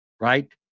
right